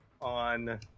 on